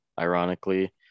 Ironically